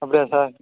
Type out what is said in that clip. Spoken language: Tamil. அப்படியா சார்